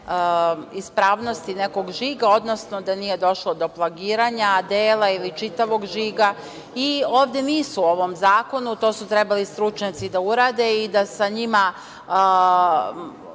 ispravnosti nekog žiga, odnosno da nije došlo do plagiranja dela ili čitavog žiga i ovde nisu u ovom zakonu, to su trebali stručnjaci da urade i da sa njima